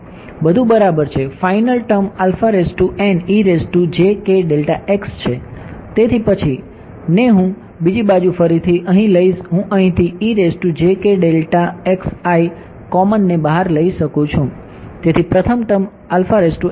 બધુ બરાબર છે ફાઇનલ ટર્મ છે તેથી પછી ને હું બીજી બાજુ ફરીથી અહીં લઈશ હું અહીંથી કોમનને બહાર લઈ શકું છું